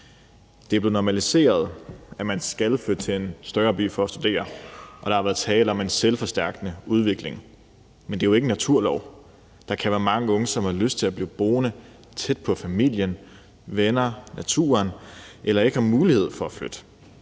blevet normalt, at man skal flytte til en større by for at studere, og der har været tale om en selvforstærkende udvikling, men det er jo ikke en naturlov. Der kan være mange unge, som har lyst til at blive boende tæt på familien, venner og naturen, eller ikke har mulighed for at flytte.